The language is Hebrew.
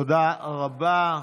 תודה רבה.